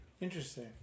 Interesting